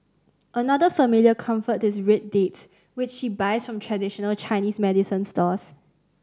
another familiar comfort is red dates which she buys from traditional Chinese medicine stores